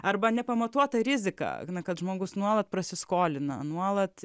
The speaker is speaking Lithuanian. arba nepamatuota rizika kad žmogus nuolat prasiskolina nuolat